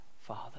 Father